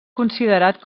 considerat